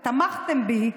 ותמכתם בי,